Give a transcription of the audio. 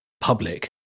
public